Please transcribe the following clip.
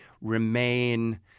remain